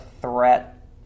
threat